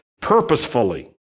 purposefully